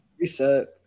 reset